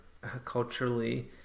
culturally